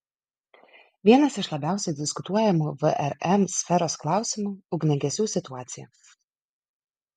vienas iš labiausiai diskutuojamų vrm sferos klausimų ugniagesių situacija